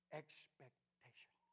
expectation